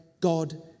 God